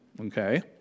okay